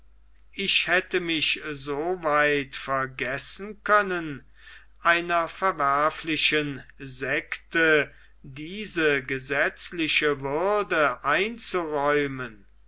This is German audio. ich hätte mich so weit vergessen können einer verwerflichen sekte diese gesetzliche würde einzuräumen